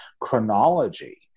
chronology